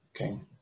okay